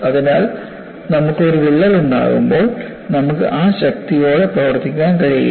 അതിനാൽ നമുക്ക് ഒരു വിള്ളൽ ഉണ്ടാകുമ്പോൾ നമുക്ക് ആ ശക്തിയോടെ പ്രവർത്തിക്കാൻ കഴിയില്ല